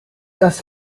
das